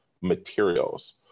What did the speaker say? materials